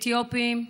אתיופים,